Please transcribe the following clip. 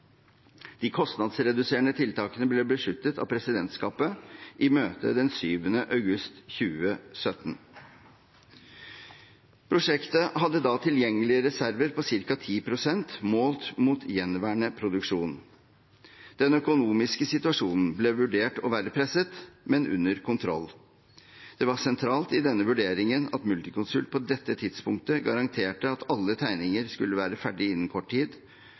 De kostnadsreduserende tiltakene ble besluttet av presidentskapet i møte 7. august 2017. Prosjektet hadde da tilgjengelige reserver på ca. 10 pst. målt opp mot gjenværende produksjon. Den økonomiske situasjonen ble vurdert å være presset, men under kontroll. Det var sentralt i denne vurderingen at Multiconsult på dette tidspunktet garanterte at alle tegninger skulle være ferdige innen kort tid,